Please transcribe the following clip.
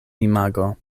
imago